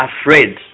afraid